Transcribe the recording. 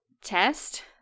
test